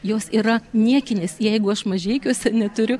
jos yra niekinės jeigu aš mažeikiuose neturiu